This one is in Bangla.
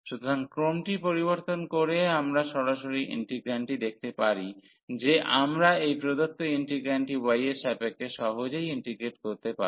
সুতরাং ক্রমটি পরিবর্তন করে আমরা সরাসরি ইন্টিগ্রান্ডটি দেখতে পারি যে আমরা এই প্রদত্ত ইন্টিগ্রান্ডটি y এর সাপেক্ষে সহজেই ইন্টিগ্রেট করতে পারি